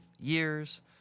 years